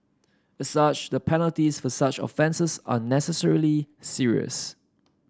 as such the penalties for such offences are necessarily serious